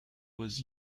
was